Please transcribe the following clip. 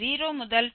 6 அல்லது 2